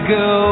go